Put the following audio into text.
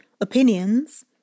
opinions